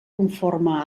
conforme